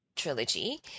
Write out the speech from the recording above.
Trilogy